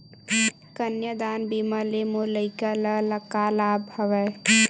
कन्यादान बीमा ले मोर लइका ल का लाभ हवय?